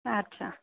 আচ্ছা